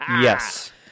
Yes